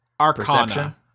arcana